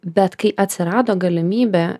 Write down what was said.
bet kai atsirado galimybė